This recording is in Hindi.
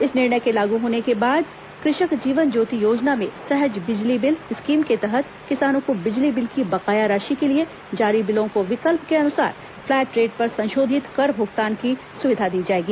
इस निर्णय के लागू होने के बाद कृषक जीवन ज्योति योजना में सहज बिजली बिल स्कीम के तहत किसानों को बिजली बिल की बकाया राशि के लिए जारी बिलों को विकल्प के अनुसार फ्लैट रेट पर संशोधित कर भुगतान की सुविधा दी जाएगी